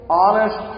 honest